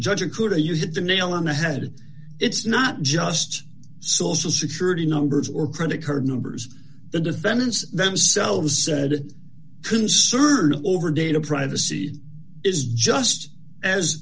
judge include a you hit the nail on the head it's not just social security numbers or credit card numbers the defendants themselves said it concern over data privacy is just as